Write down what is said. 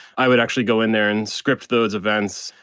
i would actually go in there and script those events,